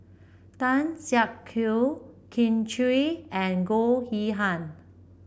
Tan Siak Kew Kin Chui and Goh Yihan